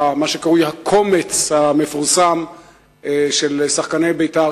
מה שקרוי הקומץ המפורסם של שחקני "בית"ר",